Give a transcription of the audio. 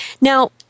Now